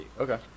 Okay